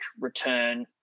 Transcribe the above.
return